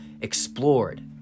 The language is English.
explored